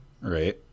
right